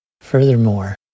Furthermore